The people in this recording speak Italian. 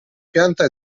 pianta